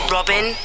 Robin